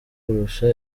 kurusha